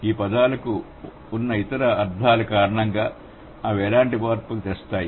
ఈ పదాలకు ఉన్న ఇతర అర్ధాలు కారణంగా అవి ఎలాంటి మార్పులను తెస్తాయి